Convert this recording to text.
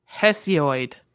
Hesiod